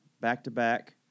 back-to-back